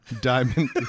diamond